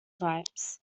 types